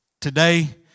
Today